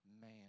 Man